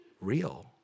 real